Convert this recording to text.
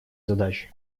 задачи